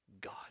God